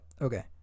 Okay